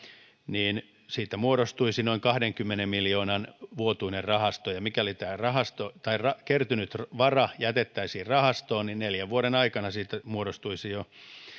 siitä muodostuisi noin kahdenkymmenen miljoonan vuotuinen rahasto ja mikäli tämä kertynyt vara jätettäisiin rahastoon niin neljän vuoden aikana siitä muodostuisi jo